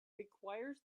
requires